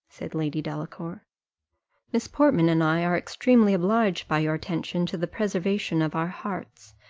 said lady delacour miss portman and i are extremely obliged by your attention to the preservation of our hearts,